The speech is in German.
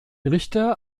richter